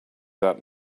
that